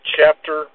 Chapter